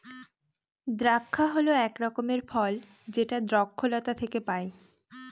দ্রাক্ষা হল এক রকমের ফল যেটা দ্রক্ষলতা থেকে পায়